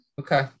Okay